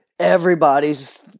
everybody's